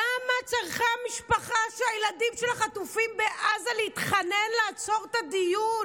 למה משפחה שהילדים שלה חטופים בעזה צריכה להתחנן לעצור את הדיון,